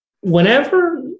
Whenever